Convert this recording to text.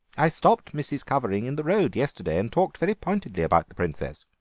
i stopped mrs. cuvering in the road yesterday and talked very pointedly about the princess.